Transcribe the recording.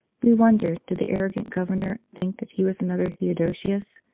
we wonder, did the arrogant governor think that he was another theodosius,